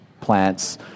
plants